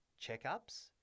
checkups